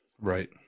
Right